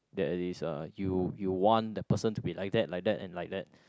that is uh you you want that person to be like that like that and like that